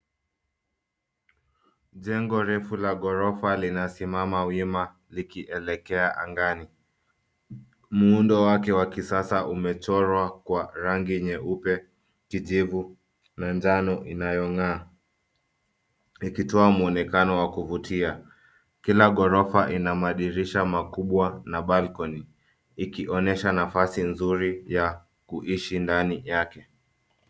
Jengo refu la gorofa linasimama wima likielekea angani. Muundo wake wa kisasa umechorwa kwa rangi nyeupe, kijivu na njano inayong'aa, ikitoa mwonekano wa kuvutia. Kila gorofa ina madirisha makubwa na balcony ikionyesha nafasi nzuri ya kuishi ndani yake.